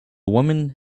woman